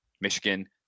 Michigan